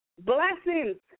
Blessings